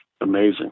amazing